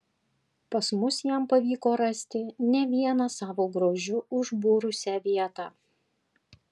pas mus jam pavyko rasti ne vieną savo grožiu užbūrusią vietą